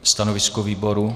Stanovisko výboru?